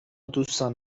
دوستان